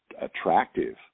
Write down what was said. attractive